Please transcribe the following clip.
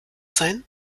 sein